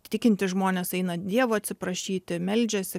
tikintys žmonės eina dievo atsiprašyti meldžiasi